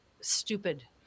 stupid